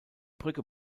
brücke